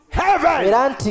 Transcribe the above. heaven